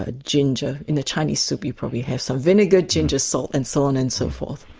ah ginger, in the chinese soup you probably have some vinegar, ginger, salt, and so on and so forth.